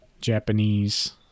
Japanese